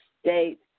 state